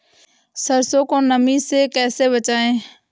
सरसो को नमी से कैसे बचाएं?